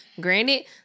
Granted